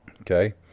okay